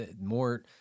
More